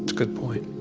good point